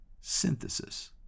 synthesis